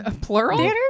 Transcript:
plural